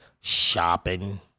shopping